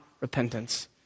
repentance